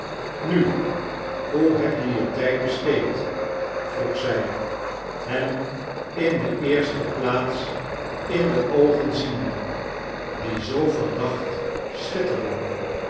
nu hoe heb je je tijd besteed vroeg zij hem in de eerste plaats in de oogen ziende die zoo verdacht schitterden